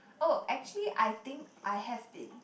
oh actually I think I have been